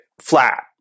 flat